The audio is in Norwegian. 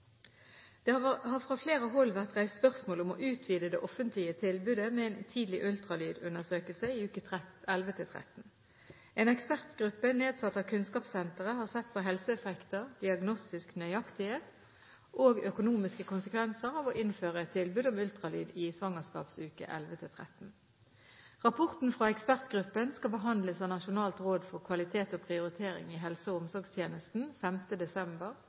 Det har fra flere hold vært reist spørsmål om å utvide det offentlige tilbudet med en tidlig ultralydundersøkelse i uke 11–13. En ekspertgruppe nedsatt av Kunnskapssenteret har sett på helseeffekter, diagnostisk nøyaktighet og økonomiske konsekvenser av å innføre et tilbud om ultralyd i svangerskapsuke 11–13. Rapporten fra ekspertgruppen skal behandles av Nasjonalt råd for kvalitet og prioritering i helse- og omsorgstjenesten 5. desember